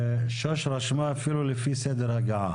שוש רשמה אפילו לפי סדר הגעה.